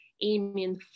aiming